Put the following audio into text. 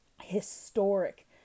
historic